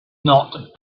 not